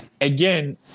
again